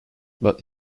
but